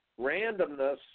randomness